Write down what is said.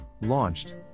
Launched